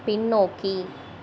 பின்னோக்கி